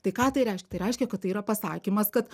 tai ką tai reiškia tai reiškia kad tai yra pasakymas kad